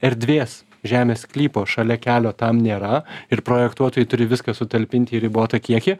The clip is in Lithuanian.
erdvės žemės sklypo šalia kelio tam nėra ir projektuotojai turi viską sutalpinti į ribotą kiekį